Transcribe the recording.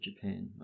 Japan